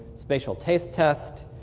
spatial taste test,